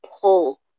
pull